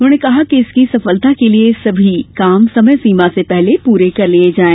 उन्होंने कहा कि इसकी सफलता के लिए सभी काम समय सीमा से पहले पूरे कर लिये जाये